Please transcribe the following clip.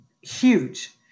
huge